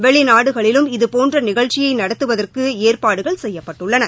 வெளிநாடுகளிலும் இதுபோன்ற நிகழ்ச்சியை நடத்துவதற்கு ஏற்பாடுகள் செய்யப்பட்டுள்ளன